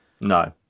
No